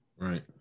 Right